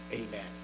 Amen